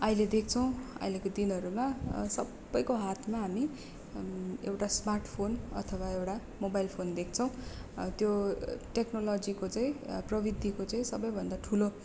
अहिले देख्छौँ अहिलेको दिनहरूमा सबैको हातमा हामी एउटा स्मार्ट फोन अथवा एउटा मोबाइल फोन देख्छौँ त्यो टेक्नोलोजीको चाहिँ प्रविधिको चाहिँ सबैभन्दा ठुलो